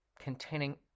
containing